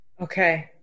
Okay